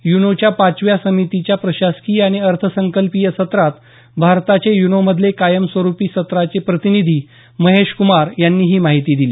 युनोच्या पाचव्या समितीच्या प्रशासकिय आणि अर्थसंकल्पीय सत्रात भारताचे युनोमधले कायमस्वरुपी सत्राचे प्रतिनिधी महेश कुमार यांनी ही माहिती दिली